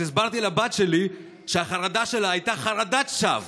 אז הסברתי לבת שלי שהחרדה שלה הייתה חרדת שווא